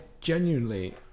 genuinely